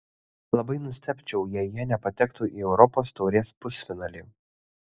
labai nustebčiau jei jie nepatektų į europos taurės pusfinalį